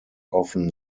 often